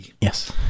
Yes